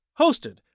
hosted